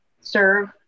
serve